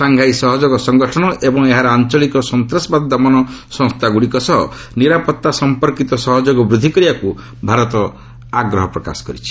Shanghai ସହଯୋଗ ସଂଗଠନ ଏବଂ ଏହାର ଆଞ୍ଚଳିକ ସନ୍ତାସବାଦ ଦମନ ସଂସ୍ଥାଗୁଡ଼ିକ ସହ ନିରାପତ୍ତା ସଂପର୍କିତ ସହଯୋଗ ବୃଦ୍ଧି କରିବାକୁ ଭାରତ ଆଗ୍ରହ ପ୍ରକାଶ କରିଛି